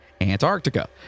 Antarctica